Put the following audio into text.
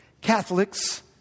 Catholics